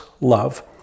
love